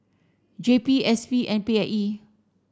J P S P and P I E